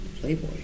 Playboy